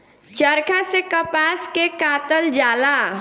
चरखा से कपास के कातल जाला